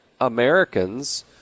Americans